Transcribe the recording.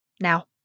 now